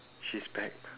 she's back